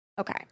Okay